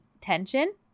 tension